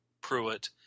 Pruitt